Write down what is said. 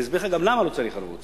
ואסביר לך גם למה לא צריך ערבות.